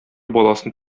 баласын